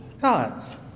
God's